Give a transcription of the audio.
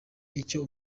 icyo